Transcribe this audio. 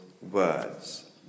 Words